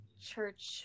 church